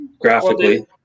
graphically